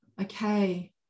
okay